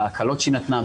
בהקלות שהיא נתנה,